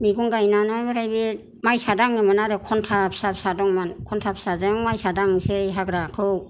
मैगं गायनानै ओमफ्राय बे माइसा दाङोमोन आरो खन्था फिसा फिसा दंमोन खन्था फिसाजों माइसा दांनोसै हाग्राखौ